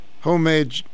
homemade